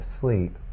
sleep